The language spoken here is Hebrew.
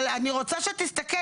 אני רוצה שתסתכל,